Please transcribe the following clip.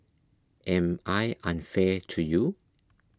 am I unfair to you